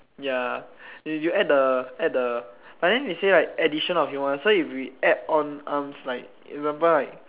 ya you add the add the but than they say right addition of humans so if we add on arms like example like